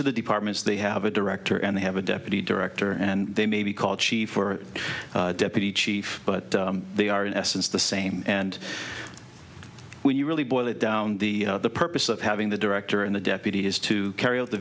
of the departments they have a director and they have a deputy director and they may be called chief or deputy chief but they are in essence the same and when you really boil it down the purpose of having the director and the deputy is to carry out the